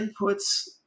inputs